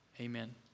Amen